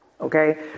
Okay